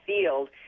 field